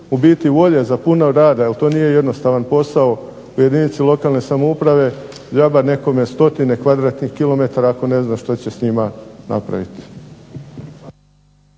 u biti volje za puno rada jer to nije jednostavan posao u jedinici lokalne samouprave džaba nekome stotine kvadratnih kilometara ako ne zna što će s njima napraviti.